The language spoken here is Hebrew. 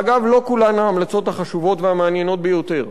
ואגב, לא כולן ההמלצות החשובות והמעניינות ביותר.